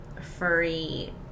furry